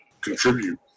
contribute